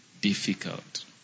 difficult